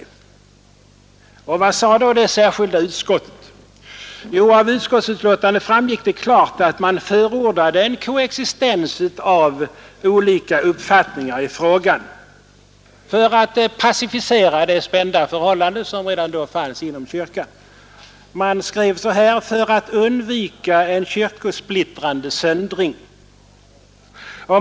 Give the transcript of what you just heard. Vad sade då det särskilda utskottet? Jo, av utskottsutlåtandet framgick det klart att utskottet förordade en koexistens av olika uppfattningar i frågan för att pacificera det spända förhållande som redan då fanns inom kyrkan och ”för att undvika en kyrkosplittrande söndring”, som utskottet skrev.